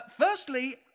Firstly